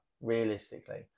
realistically